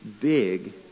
big